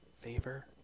favor